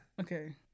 okay